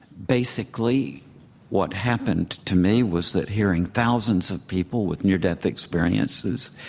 basically what happened to me was that hearing thousands of people with near-death experiences,